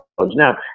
now